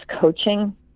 coaching